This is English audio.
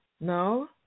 No